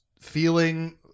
feeling